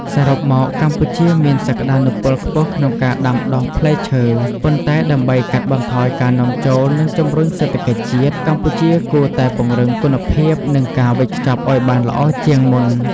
សរុបមក កម្ពុជាមានសក្តានុពលខ្ពស់ក្នុងការដាំដុះផ្លែឈើ ប៉ុន្តែដើម្បីកាត់បន្ថយការនាំចូល និងជំរុញសេដ្ឋកិច្ចជាតិ កម្ពុជាគួរតែពង្រឹងគុណភាព និងការវេចខ្ចប់ឲ្យបានល្អជាងមុន។